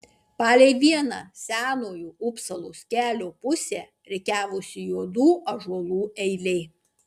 palei vieną senojo upsalos kelio pusę rikiavosi juodų ąžuolų eilė